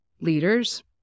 leaders